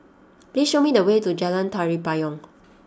please show me the way to Jalan Tari Payong